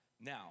Now